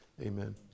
Amen